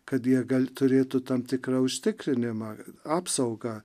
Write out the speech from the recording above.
kad jie gal turėtų tam tikrą užtikrinimą apsaugą